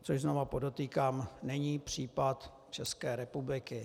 Což, znovu podotýkám, není případ České republiky.